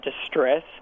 distress